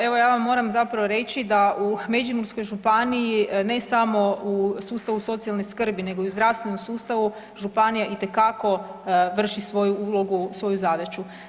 Evo ja vam moram zapravo reći da u Međimurskoj županiji ne samo u sustavu socijalne skrbi, nego i u zdravstvenom sustavu županija itekako vrši svoju ulogu, svoju zadaću.